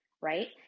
right